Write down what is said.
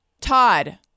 todd